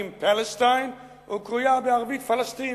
Palestine וקרויה בערבית "פלסטין",